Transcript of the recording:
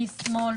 מי שמאל,